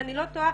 אם אני לא טועה,